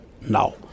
now